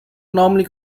normally